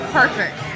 perfect